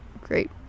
great